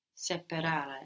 Separare